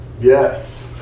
Yes